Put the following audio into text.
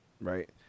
right